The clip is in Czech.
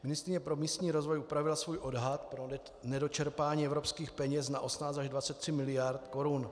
Ministryně pro místní rozvoj upravila svůj odhad pro nedočerpání evropských peněz na 18 až 23 mld. korun.